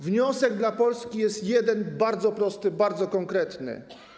Wniosek dla Polski jest jeden, bardzo prosty, bardzo konkretny.